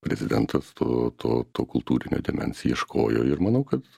prezidentas to to to kultūrinio dėmens ieškojo ir manau kad